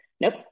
nope